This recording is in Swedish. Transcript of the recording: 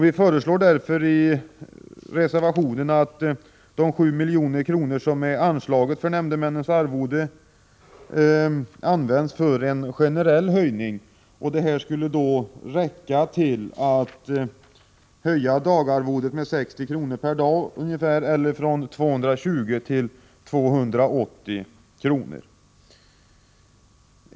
Vi föreslår därför i reservationen att de 7 milj.kr. som anslaget för nämndemännens arvode höjs med används för en generell höjning. De skulle då räcka till att höja arvodet med 60 kr./dag eller från 220 till 280 kr.